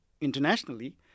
internationally